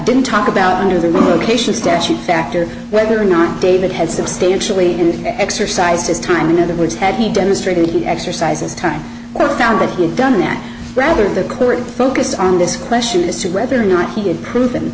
didn't talk about under the rotation statute factor whether or not david had substantially and exercised his time in other words had he demonstrated he exercises time well found that he's done that rather the current focus on this question as to whether or not he had proven